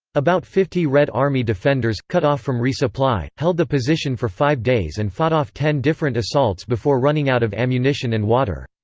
about fifty red army defenders, cut off from resupply, held the position for five days and fought off ten different assaults before running out of ammunition and water.